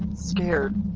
scared.